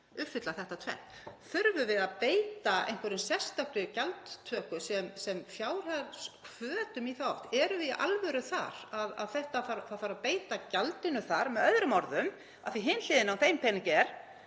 uppfylla þetta tvennt. Þurfum við að beita einhverri sérstakri gjaldtöku sem fjárhagshvötum í þá átt? Erum við í alvöru þar að það þurfi að beita gjaldinu þar? Með öðrum orðum, af því að hin hliðin á þeim peningi er